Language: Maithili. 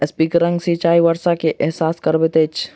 स्प्रिंकलर सिचाई वर्षा के एहसास करबैत अछि